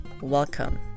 welcome